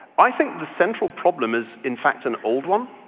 i think the central problem is in fact an old one.